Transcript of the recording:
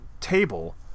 table